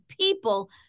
people